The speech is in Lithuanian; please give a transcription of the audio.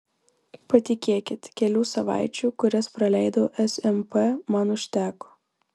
patikėkit kelių savaičių kurias praleidau smp man užteko